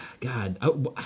God